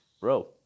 bro